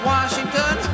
Washington